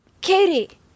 Katie